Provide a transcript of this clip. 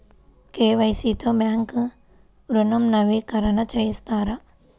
KYC తో bank ఋణం నవీకరణ చేస్తారా?